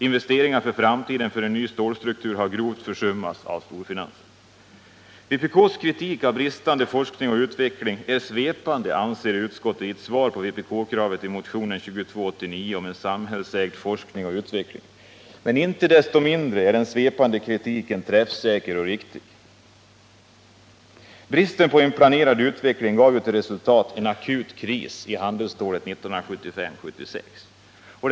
Investeringar för en ny stålstruktur i framtiden har grovt försummats av storfinansen. Vpk:s kritik av bristande utveckling och forskning är svepande, anser utskottet i ett svar på vpk-kravet i motionen 2289 om en samhällsägd forskning och utveckling. Men inte desto mindre är den svepande kritiken träffsäker och riktig. Bristen på en planerad utveckling gav som resultat en akut kris i handelsstålsbranschen 1975-1976.